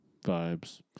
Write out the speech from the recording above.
Vibes